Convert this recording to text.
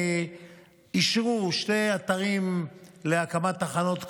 ואישרו שני אתרים להקמת תחנות כוח,